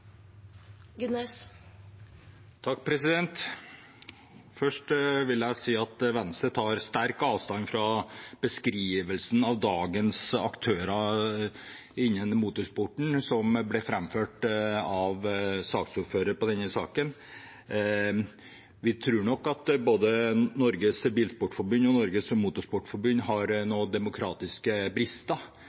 Først vil jeg si at Venstre tar sterkt avstand fra beskrivelsen av dagens aktører innen motorsporten, som ble framført av saksordføreren for denne saken. Vi tror nok at både Norges Bilsportforbund og Norges Motorsportforbund har noen demokratiske brister,